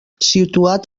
situat